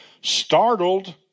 Startled